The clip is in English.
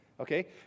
okay